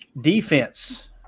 defense